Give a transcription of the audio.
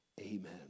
Amen